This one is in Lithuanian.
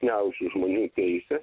silpniausių žmonių teises